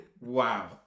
Wow